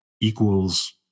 equals